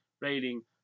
rating